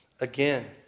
again